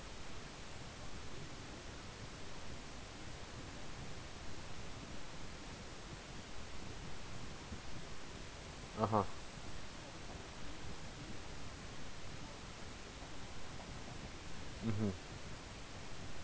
(uh huh) mmhmm